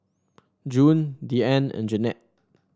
June Deeann and Jannette